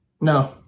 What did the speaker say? No